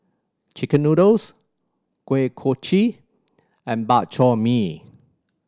chicken noodles Kuih Kochi and Bak Chor Mee